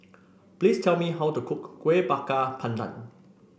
please tell me how to cook Kuih Bakar Pandan